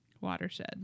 Watershed